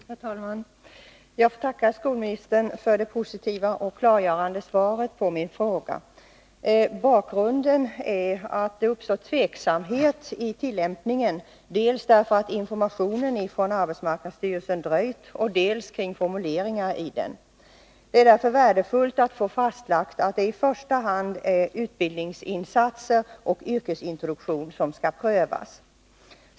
Herr talman! Jag får tacka skolministern för det positiva och klargörande svaret på min fråga. Bakgrunden är att det uppstått tveksamhet i tillämpningen. Det gäller dels dröjsmålet med informationen från AMS, dels formuleringarna i denna information. Det är därför värdefullt att få fastlagt att det i första hand är utbildningsinsatser och yrkesintroduktion som skall prövas.